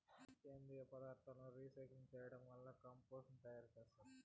సేంద్రీయ పదార్థాలను రీసైక్లింగ్ చేయడం వల్ల కంపోస్టు ను తయారు చేత్తారు